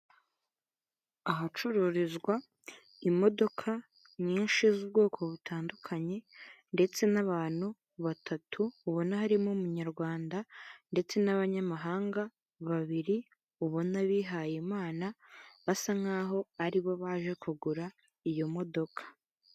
Ahacururizwa imodoka nyinshi z'ubwoko butandukanye ndetse n'abantu batatu ubona harimo umunyarwanda ndetse n'abanyamahanga babiri ubona bihaye Imana basa nkaho ari bo baje kugura iyo modoka.